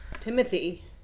Timothy